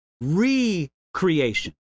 re-creation